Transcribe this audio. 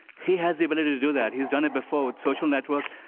he has the ability to do that. he has done it before with social network,